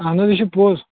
اَہَن حظ یہِ چھُ پوز